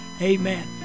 Amen